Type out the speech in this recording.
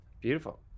Beautiful